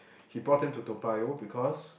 he bought them to Toa-Payoh because